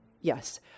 Yes